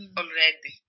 already